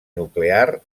nuclear